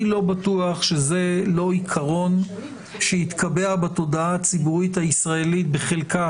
אני לא בטוח שזה לא עיקרון שיתקבע בתודעה הציבורית הישראלית בחלקה,